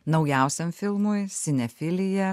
naujausiam filmui sinefilija